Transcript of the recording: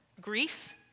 grief